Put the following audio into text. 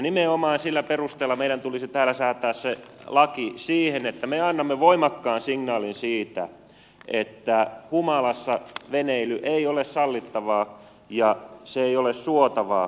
nimenomaan sillä perusteella meidän tulisi täällä säätää se laki siten että me annamme voimakkaan signaalin siitä että humalassa veneily ei ole sallittavaa ja se ei ole suotavaa